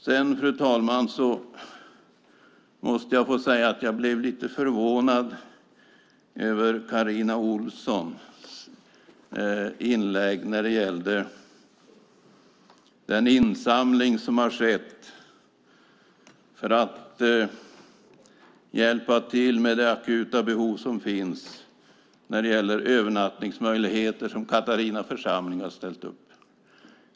Sedan, fru talman, måste jag få säga att jag blev lite förvånad över Carina Ohlssons inlägg när det gällde den insamling som har skett för att hjälpa till med det akuta behov som finns av övernattningsmöjligheter, där Klara församling har ställt upp.